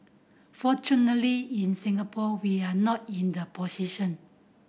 fortunately in Singapore we are not in the position